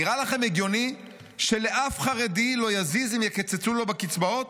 נראה לכם הגיוני שלאף חרדי לא יזיז אם יקצצו לו בקצבאות,